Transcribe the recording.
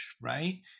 right